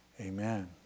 Amen